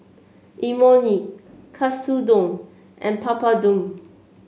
Imoni Katsudon and Papadum